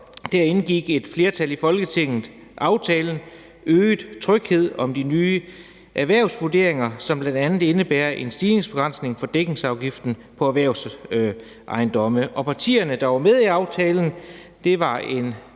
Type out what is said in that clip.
indgik et flertal i Folketinget »Aftale om øget tryghed om de nye erhvervsvurderinger«, som bl.a. indebærer en stigningsbegrænsning for dækningsafgiften på erhvervsejendomme, og partierne, der var med i aftalen, som var en